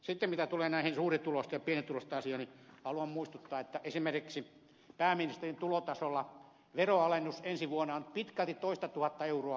sitten mitä tulee näihin suurituloisten ja pienituloisten asiaan niin haluan muistuttaa että esimerkiksi pääministerin tulotasolla veronalennus ensi vuonna on pitkälti toistatuhatta euroa